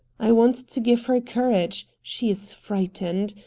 i want to give her courage. she is frightened.